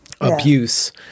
Abuse